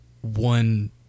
one